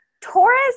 Taurus